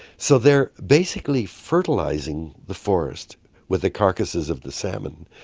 so they are basically fertilising the forest with the carcasses of the salmon.